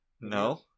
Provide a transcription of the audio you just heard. No